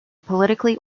politically